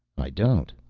i don't.